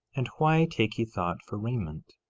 and why take ye thought for raiment?